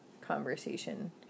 conversation